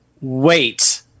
wait